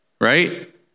Right